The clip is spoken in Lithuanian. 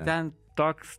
ten toks